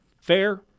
Fair